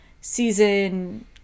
season